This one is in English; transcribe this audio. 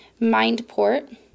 Mindport